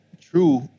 true